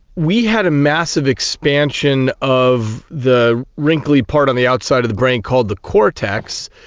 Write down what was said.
we had a massive expansion of the wrinkly part on the outside of the brain called the cortex,